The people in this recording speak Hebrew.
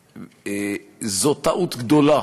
שזו טעות גדולה,